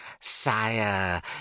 Sire